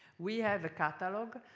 we have a catalog.